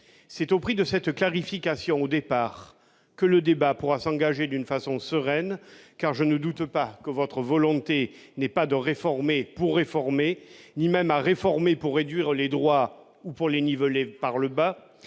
C'est au prix de certaines clarifications, dès le départ, que le débat pourra s'engager d'une façon sereine, car je ne doute pas que votre volonté n'est pas de réformer pour réformer, ni même de réformer pour réduire les droits ou pour les niveler par le bas,